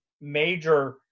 major